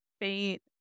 faint